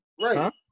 Right